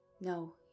No